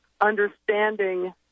understanding